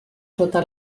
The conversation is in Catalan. sota